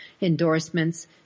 endorsements